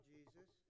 Jesus